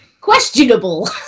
questionable